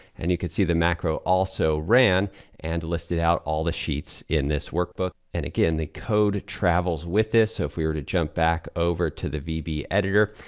and you can see the macro also ran and listed out all the sheets in this workbook. and again, the code travels with this. so if we were to jump back over to the vb editor,